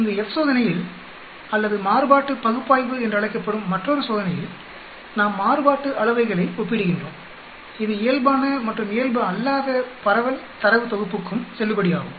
இங்கு F சோதனையில் அல்லது மாறுபாட்டு பகுப்பாய்வு என்றழைக்கப்படும் மற்றொருசோதனையில் நாம் மாறுபாட்டு அளவைகளை ஒப்பீடுகின்றோம் இது இயல்பான மற்றும் இயல்பு அல்லாத பரவல் தரவு தொகுப்புக்கும் செல்லுபடியாகும்